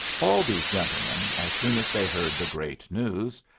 all these gentlemen, as soon as they heard the great news,